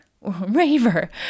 Raver